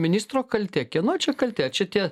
ministro kaltė kieno čia kaltė čia tie